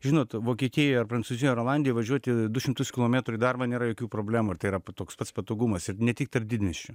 žinot vokietija ir prancūzija ir olandija važiuoti du šimtus kilometrų į darbą nėra jokių problemų ir tai yra toks pats patogumas ir ne tik tarp didmiesčių